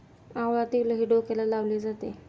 आवळा तेलही डोक्याला लावले जाते